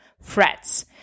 threats